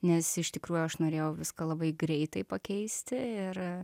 nes iš tikrųjų aš norėjau viską labai greitai pakeisti ir